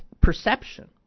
perception